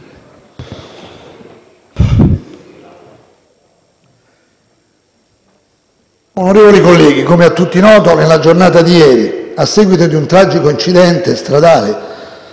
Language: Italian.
Onorevoli colleghi, come a tutti noto, nella giornata di ieri, a seguito di un tragico incidente stradale